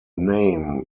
name